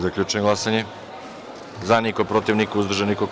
Zaključujem glasanje: za – niko, protiv – niko, uzdržanih – nema.